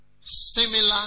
similar